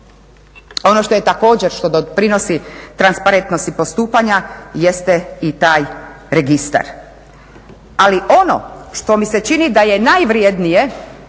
Ono što je također, što doprinosi transparentnosti postupanja jeste i taj registar. Ali ono što mi se čini da je najvrjednije